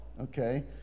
okay